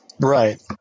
Right